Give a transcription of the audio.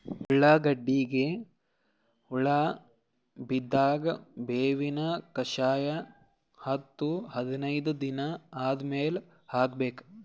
ಉಳ್ಳಾಗಡ್ಡಿಗೆ ಹುಳ ಬಿದ್ದಾಗ ಬೇವಿನ ಕಷಾಯ ಹತ್ತು ಹದಿನೈದ ದಿನ ಆದಮೇಲೆ ಹಾಕಬೇಕ?